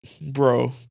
Bro